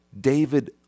David